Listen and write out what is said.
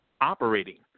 operating